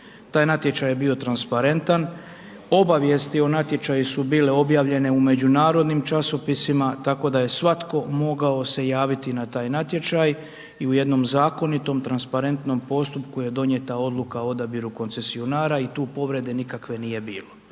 Taj natječaj je bio transparentan, obavijesti o natječaju su bile objavljene u međunarodnim časopisima, tako da je svatko mogao se javiti na taj natječaj i u jednom zakonitom, transparentnom postupku je donijeta odluka o odabiru koncesionara i tu povrede nikakve nije bilo,